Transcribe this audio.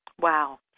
Wow